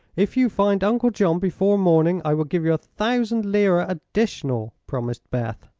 if you find uncle john before morning i will give you a thousand lira additional, promised beth.